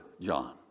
John